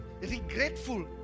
regretful